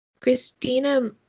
Christina